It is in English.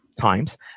times